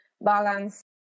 balance